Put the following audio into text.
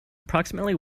approximately